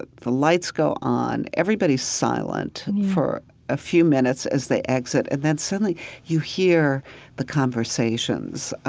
ah the lights go on. everybody's silent for a few minutes as they exit. and then suddenly you hear the conversations.